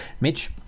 Mitch